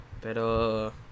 Pero